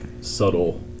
subtle